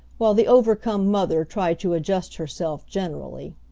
while the overcome mother tried to adjust herself generally.